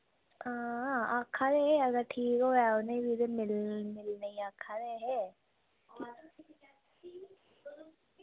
हां आक्खा दे हे अगर ठीक होऐ उ'नें बी ते मिल मिलने गी आक्खा दे हे